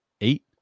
Eight